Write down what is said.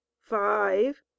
five